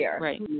right